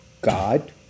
God